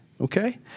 Okay